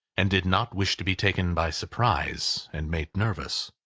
and did not wish to be taken by surprise, and made nervous.